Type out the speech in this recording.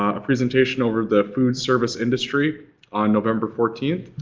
a presentation over the food service industry on november fourteenth,